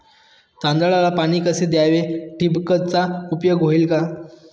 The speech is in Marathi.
तांदळाला पाणी कसे द्यावे? ठिबकचा उपयोग होईल का?